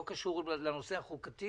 זה לא קשור לנושא החוקתי